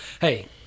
Hey